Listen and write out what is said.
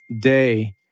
day